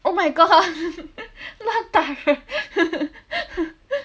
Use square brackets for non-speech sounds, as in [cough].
oh my god [laughs] 乱打人